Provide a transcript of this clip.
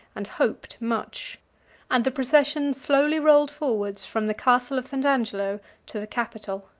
and hoped much and the procession slowly rolled forwards from the castle of st. angelo to the capitol.